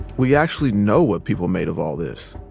we actually know what people made of all this.